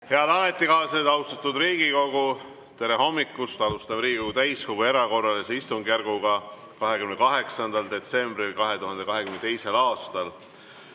Head ametikaaslased! Austatud Riigikogu! Tere hommikust! Alustame Riigikogu täiskogu erakorralist istungjärku 28. detsembril 2022. aastal.